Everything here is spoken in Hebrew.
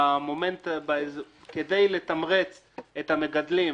כדי לתמרץ את המגדלים,